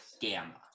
gamma